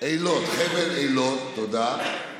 חבל אילות, תודה.